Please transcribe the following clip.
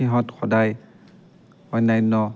সিহঁত সদায় অন্যান্য